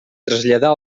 traslladar